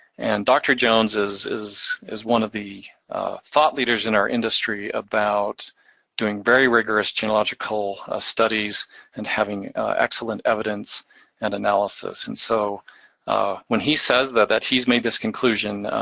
and dr. jones is is one of the thought leaders in our industry about doing vary rigorous genealogical ah studies and having excellent evidence and analysis. and so when he says that that he's made this conclusion,